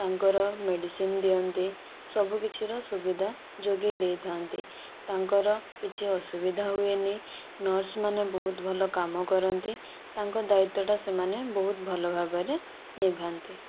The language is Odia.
ତାଙ୍କର ମେଡ଼ିସିନ ଦିଅନ୍ତି ସବୁକିଛି ର ସୁବିଧା ଯୋଗେଇ ଦେଇଥାନ୍ତି ତାଙ୍କର କିଛି ଅସୁବିଧା ହୁଏନି ନର୍ସ ମାନେ ବହୁତ ଭଲ କାମ କରନ୍ତି ତାଙ୍କ ଦାୟିତ୍ୱଟା ସେମାନେ ବହୁତ ଭଲ ଭାବରେ ନିଭାନ୍ତି